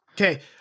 Okay